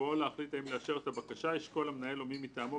בבואו להחליט האם לאשר את הבקשה ישקול המנהל או מי מטעמו,